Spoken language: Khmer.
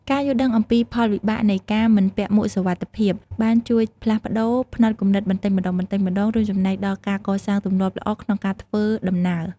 ការយល់ដឹងអំពីផលវិបាកនៃការមិនពាក់មួកសុវត្ថិភាពបានជួយផ្លាស់ប្តូរផ្នត់គំនិតបន្តិចម្តងៗ រួមចំណែកដល់ការកសាងទម្លាប់ល្អក្នុងការធ្វើដំណើរ។